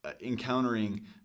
encountering